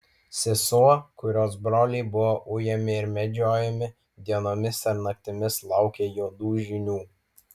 sesuo kurios broliai buvo ujami ir medžiojami dienomis ir naktimis laukė juodų žinių